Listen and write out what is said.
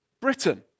Britain